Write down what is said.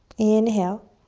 inhale.